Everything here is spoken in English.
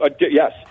yes